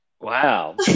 Wow